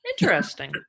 Interesting